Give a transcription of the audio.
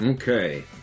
Okay